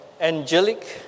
angelic